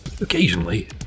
Occasionally